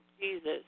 Jesus